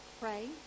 pray